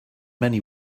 many